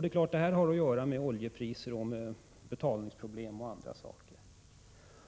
Det är klart att detta har att göra medoljepriser, betalningsproblem osv.